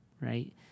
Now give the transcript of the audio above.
right